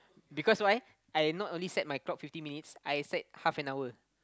because why I not only set my clock fifty minutes I set half an hour